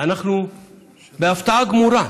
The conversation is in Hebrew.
אנחנו בהפתעה גמורה,